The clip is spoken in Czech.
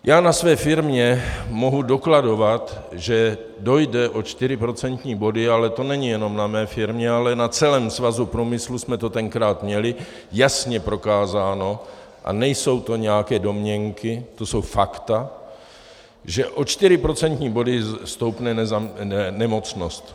Já na své firmě mohu dokladovat, že dojde o 4 procentní body, ale to není jenom na mé firmě, ale na celém Svazu průmyslu jsme to tenkrát měli jasně prokázáno, a nejsou to nějaké domněnky, to jsou fakta, že o 4 procentní body stoupne nemocnost.